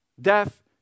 Death